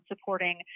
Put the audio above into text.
supporting